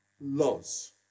laws